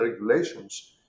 regulations